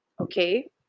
okay